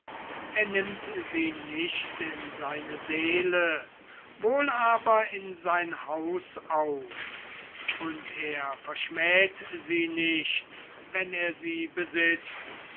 er nimmt sie nicht in seine seele wohl aber in sein haus auf und er verschmäht sie nicht wenn er sie besitzt